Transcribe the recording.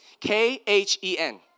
k-h-e-n